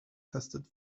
tested